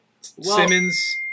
Simmons